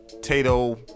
Tato